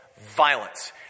violence